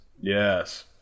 Yes